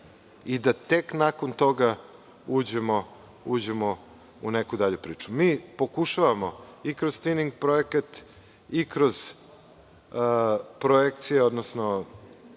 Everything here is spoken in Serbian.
i da tek nakon toga uđemo u neku dalju priču. Mi pokušavamo i kroz skrining projekat i kroz projekcije od